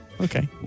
Okay